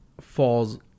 falls